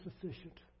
sufficient